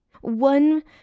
one